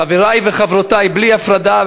חברי וחברותי בלי הפרדה,